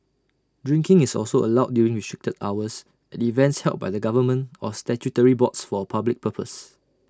drinking is also allowed during restricted hours at events held by the government or statutory boards for A public purpose